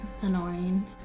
annoying